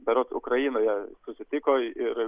berods ukrainoje susitiko ir